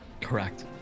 Correct